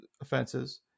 offenses